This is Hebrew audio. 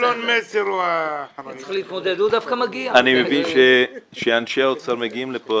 אני מבין שאנשי האוצר מגיעים לכאן,